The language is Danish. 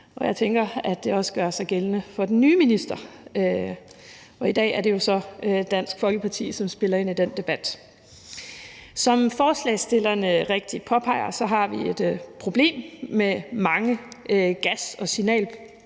og jeg tænker, at det også gør sig gældende for den nye minister. I dag er det så Dansk Folkeparti, som spiller ind i den debat. Som forslagsstillerne rigtigt påpeger, har vi et problem med mange gas- og signalpistoler,